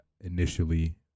initially